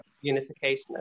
unification